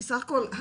כי סך הכול,